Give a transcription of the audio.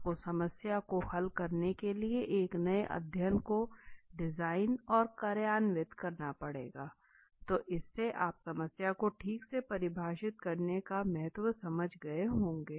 आपको समस्या को हल करने के लिए एक नए अध्ययन को डिजाइन और कार्यान्वित करना पड़ेगा तो इससे आप समस्या को ठीक से परिभाषित करने का महत्व समझ गए होंगे